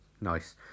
nice